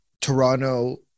Toronto